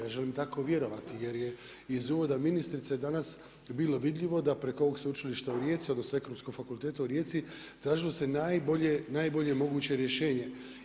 Ja želim tako vjerovati, jer je iz ureda ministrice, danas, bilo vidljivo da preko ovog sveučilišta u Rijeci, odnosno, Ekonomskog fakulteta u Rijeci, tražilo se najbolje moguće rješenje.